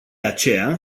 aceea